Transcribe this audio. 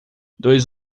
dois